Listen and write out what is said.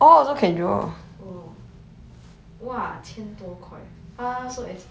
I is ipad the the one that can draw draw is the ipad oh